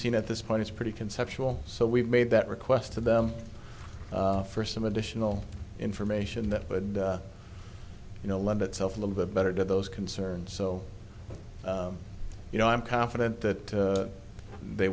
seen at this point is pretty conceptual so we've made that request to them for some additional information that but you know lend itself a little bit better to those concerns so you know i'm confident that they